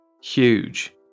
huge